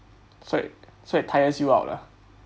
so it so it tires you out ah